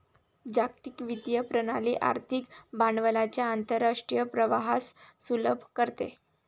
जागतिक वित्तीय प्रणाली आर्थिक भांडवलाच्या आंतरराष्ट्रीय प्रवाहास सुलभ करते